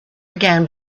again